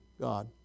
God